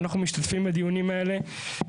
אנחנו משתתפים בדיונים האלה.